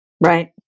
Right